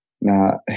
Now